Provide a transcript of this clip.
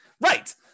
Right